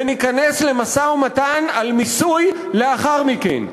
וניכנס למשא-ומתן על מיסוי לאחר מכן.